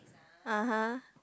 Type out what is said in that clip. (uh huh)